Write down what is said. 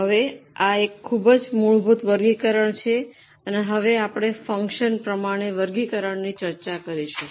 હવે આ એક ખૂબ જ મૂળભૂત વર્ગીકરણ છે અને હવે આપણે ફંક્શન પ્રમાણે વર્ગીકરણની ચર્ચા કરીશું